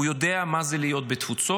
הוא יודע מה זה להיות בתפוצות,